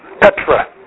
Petra